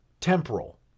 temporal